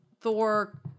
Thor